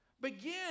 Begin